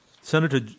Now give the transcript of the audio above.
Senator